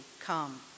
come